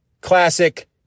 classic